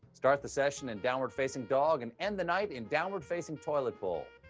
start the session in downward-facing dog, and end the night in downward-facing toilet bowl.